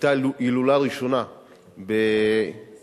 היתה הילולה ראשונה במירון.